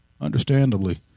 understandably